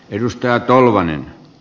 edustaja tolvaneni